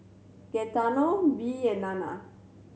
Gaetano Bee and Nana